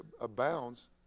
abounds